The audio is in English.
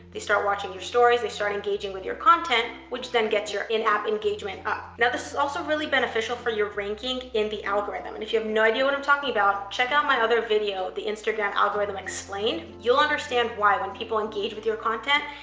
they start watching your stories, they start engaging with your content, which then gets your in-app engagement up. now this is also really beneficial for your ranking in the algorithm. and if you have no idea what i'm talking about, check out my other video, the instagram algorithm explained. you'll understand why when people engage with your content,